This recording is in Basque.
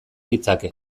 ditzake